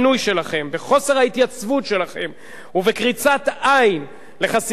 בחוסר ההתייצבות שלכם ובקריצת עין לחסימת כבישים,